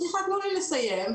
סליחה, תנו לי לסיים.